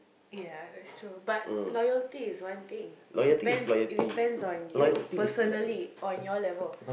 ya that's true but loyalty is one thing it depends it depends on you personally on your level